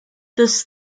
this